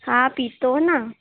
हा पीतो न